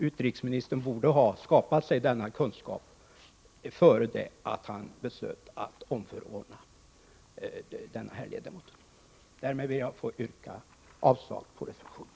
Utrikesministern borde ha skaffat sig denna kunskap innan han beslöt omförordna den ledamot vi nu diskuterar. Därmed ber jag att få yrka avslag på reservationen.